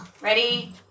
Ready